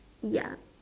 ya